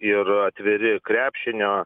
ir atviri krepšinio